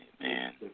man